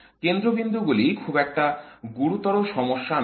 কেন্দ্রবিন্দু গুলি খুব একটা গুরুতর সমস্যা নয়